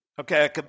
Okay